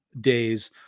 days